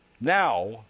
now